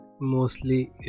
mostly